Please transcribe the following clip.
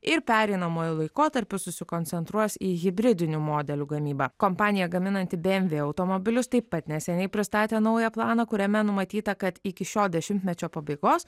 ir pereinamuoju laikotarpiu susikoncentruos į hibridinių modelių gamybą kompanija gaminanti bmv automobilius taip pat neseniai pristatė naują planą kuriame numatyta kad iki šio dešimtmečio pabaigos